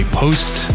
post